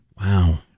Wow